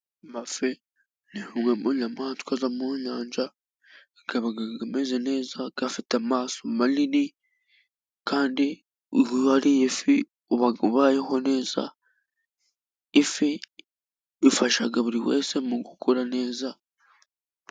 Amafi ni amwe mu nyayamaswa zo mu nyanja, akaba ameze neza afite amaso manini. kandi uwariye ifi uba uyeho neza, ifi ifasha buri wese mu gukura neza.